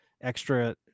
extra